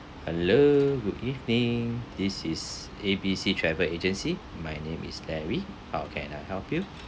hello good evening this is A_B_C travel agency my name is larry how can I help you